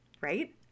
right